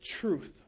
truth